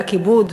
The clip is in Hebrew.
היה כיבוד,